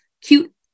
cute